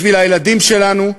בשביל הילדים שלנו,